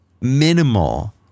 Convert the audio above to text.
minimal